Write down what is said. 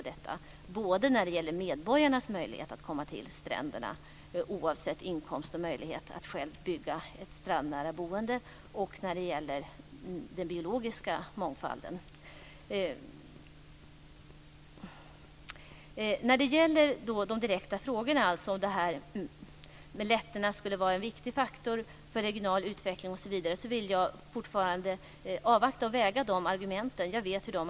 Det gäller både medborgarnas möjlighet att komma till stränderna, oavsett inkomst och möjlighet att själva bygga ett strandnära boende, och den biologiska mångfalden. När det gäller de konkreta frågorna, t.ex. att lättnader skulle vara en viktig faktor för regional utveckling, vill jag avvakta. Jag vill väga argumenten mot varandra.